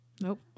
nope